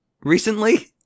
Recently